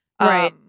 Right